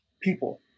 people